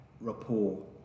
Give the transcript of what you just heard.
rapport